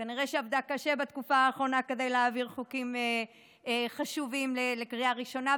שכנראה עבדה קשה בתקופה האחרונה כדי להעביר חוקים חשובים לקריאה ראשונה,